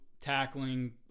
tackling